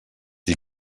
dir